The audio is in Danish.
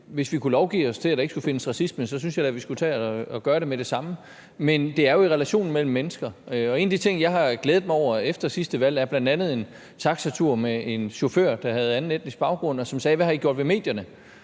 hvis vi kunne lovgive os til, at der ikke skulle findes racisme, så synes jeg da, at vi skulle tage og gøre det med det samme, men udfordringen er jo, at det sker i relationen mellem mennesker. En af de ting, jeg har glædet mig over efter sidste valg, er bl.a. en taxatur med en chauffør, der havde anden etnisk baggrund, og som spurgte: Hvad har I gjort ved medierne?